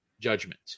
judgment